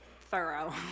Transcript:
thorough